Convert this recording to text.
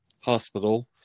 hospital